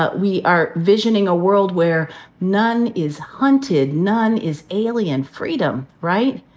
but we are visioning a world where none is hunted, none is alien. freedom, right?